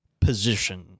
position